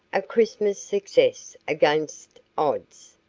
a christmas success against odds.